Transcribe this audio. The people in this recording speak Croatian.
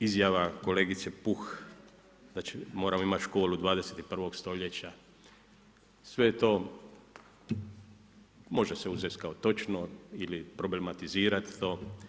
Izjava kolegice Puh, da moramo imati školu 21. stoljeća, sve to može se uzeti kao točno ili problematizirati to.